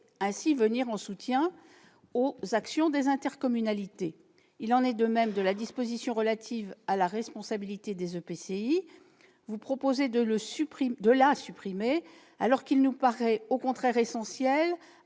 ainsi venir en soutien aux actions des intercommunalités. Il en va de même de la disposition relative à la responsabilité des EPCI. Vous proposez de la supprimer, alors qu'il nous paraît au contraire essentiel